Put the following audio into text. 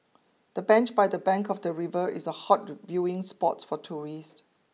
the bench by the bank of the river is a hot viewing spot for tourists